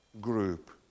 group